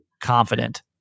confident